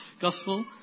Gospel